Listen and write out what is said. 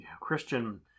Christian